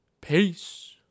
Peace